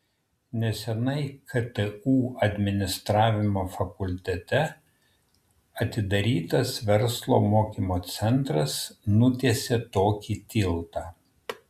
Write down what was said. neseniai ktu administravimo fakultete atidarytas verslo mokymo centras nutiesė tokį tiltą